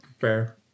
fair